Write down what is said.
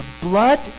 blood